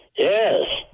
Yes